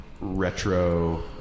retro